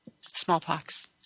smallpox